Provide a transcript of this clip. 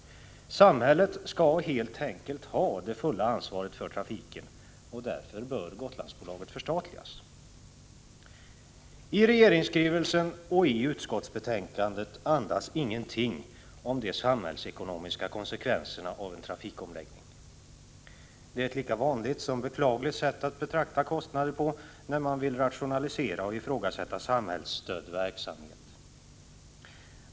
Samhället skall helt enkelt ta det fulla ansvaret för trafiken, och därför bör Gotlandsbolaget förstatligas. Regeringsskrivelsen och utskottsbetänkandet andas ingenting om de samhällsekonomiska konsekvenserna av en trafikomläggning. Det är ett lika vanligt som beklagligt sätt att betrakta kostnader på när man vill rationalisera och ifrågasätta samhällsstödd verksamhet.